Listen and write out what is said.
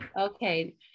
Okay